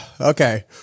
Okay